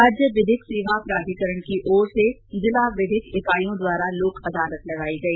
राज्य विधिक सेवा प्राधिकरण की ओर से जिला इकाईयों द्वारा लोक अदालत लगाई गई